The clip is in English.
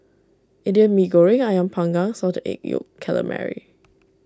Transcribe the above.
Indian Mee Goreng Ayam Panggang Salted Egg Yolk Calamari